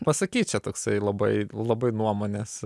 pasakyt čia toksai labai labai nuomonės